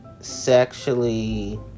sexually